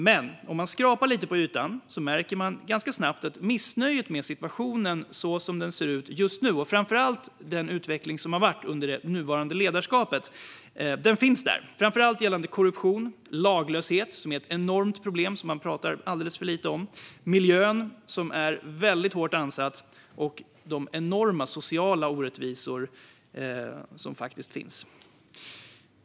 Men om man skrapar lite på ytan märker man ganska snabbt att det finns ett missnöje med situationen som den ser ut just nu, framför allt utvecklingen under det nuvarande ledarskapet. Det gäller framför allt korruption, laglöshet, som är ett enormt problem som man pratar alldeles för lite om, miljön, som är hårt ansatt, och de enorma sociala orättvisorna.